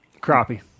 Crappie